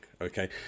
okay